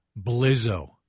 Blizzo